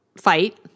fight